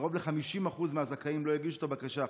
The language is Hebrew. קרוב ל-50% מהזכאים לא הגישו את הבקשה.